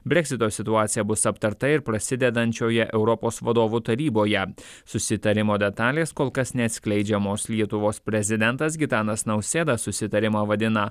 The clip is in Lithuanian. breksito situacija bus aptarta ir prasidedančioje europos vadovų taryboje susitarimo detalės kol kas neatskleidžiamos lietuvos prezidentas gitanas nausėda susitarimą vadina